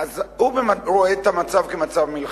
הוא רואה את המצב כמצב מלחמה.